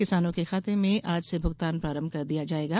किसानों के खाते में आज से भुगतान प्रारंभ कर दिया जाएगा